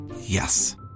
Yes